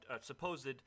supposed